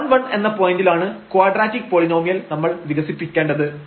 11 എന്ന പോയന്റിൽ ആണ് ക്വാഡ്രറ്റിക് പോളിനോമിയൽ നമ്മൾ വികസിപ്പിക്കേണ്ടത്